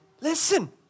listen